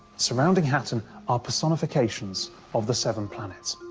surrounding hatton are personifications of the seven planets,